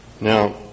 Now